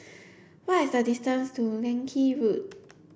what is the distance to Leng Kee Road